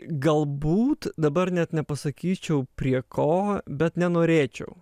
galbūt dabar net nepasakyčiau prie ko bet nenorėčiau